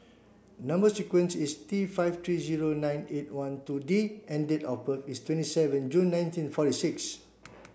number sequence is T five three zero nine eight one two D and date of birth is twenty seven June nineteen forty six